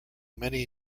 many